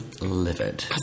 livid